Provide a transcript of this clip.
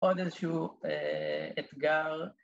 עוד איזשהו אתגר.